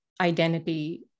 identity